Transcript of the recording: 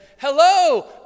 Hello